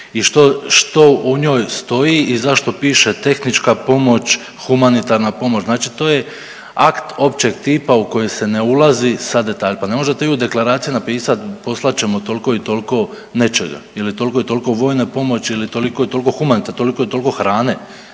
i što u njoj stoji i zašto piše tehnička pomoć, humanitarna pomoć. Znači to je akt općeg tipa u koji se ne ulazi sa detaljima, pa ne možete vi u deklaraciji napisat poslat ćemo toliko i toliko nečega ili toliko i toliko vojne pomoći ili toliko i tolko humanitarne, toliko i toliko hrane